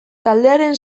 taldearen